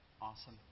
Awesome